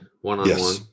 one-on-one